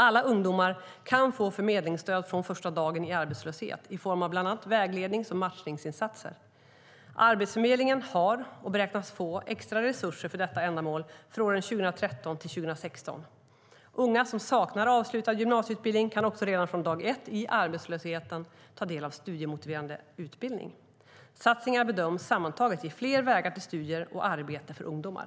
Alla ungdomar kan få förmedlingsstöd från första dagen i arbetslöshet i form av bland annat väglednings och matchningsinsatser. Arbetsförmedlingen har och beräknas få extra resurser för detta ändamål för åren 2013-2016. Unga som saknar avslutad gymnasieutbildning kan också redan från dag ett i arbetslöshet ta del av studiemotiverande utbildning. Satsningarna bedöms sammantaget ge fler vägar till studier och arbete för ungdomar.